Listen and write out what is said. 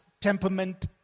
temperament